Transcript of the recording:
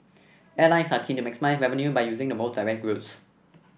airlines are keen to maximise revenue by using the most direct routes